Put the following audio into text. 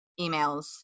emails